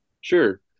Sure